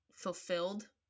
Fulfilled